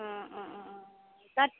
অ' অ' অ' অ' তাত